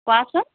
কোৱাচোন